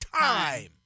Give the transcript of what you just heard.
Time